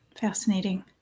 Fascinating